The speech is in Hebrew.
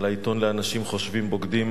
לעיתון לאנשים חושבים בוגדים,